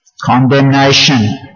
condemnation